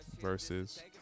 versus